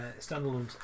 standalones